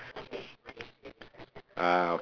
uh